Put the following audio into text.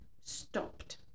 stopped